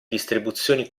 distribuzioni